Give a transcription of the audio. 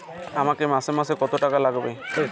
আমাকে মাসে মাসে কত টাকা লাগবে?